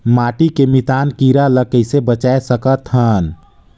माटी के मितान कीरा ल कइसे बचाय सकत हन?